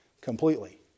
Completely